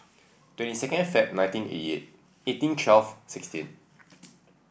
twenty second Feb nineteen eighty eight eighteen twelve sixteen